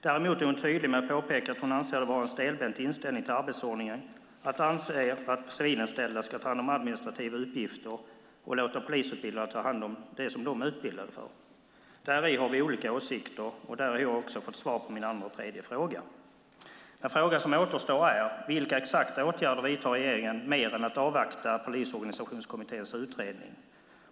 Däremot är hon tydlig med att påpeka att hon anser det vara en stelbent inställning till arbetsordningen att anse att civilanställda ska ta hand om administrativa uppgifter och låta polisutbildade ta hand om det som de är utbildade för. Däri har vi olika åsikter, och därmed har jag också fått svar på min andra och tredje fråga. Den fråga som återstår är: Vilka exakta åtgärder vidtar regeringen mer än att avvakta Polisorganisationskommitténs utredning?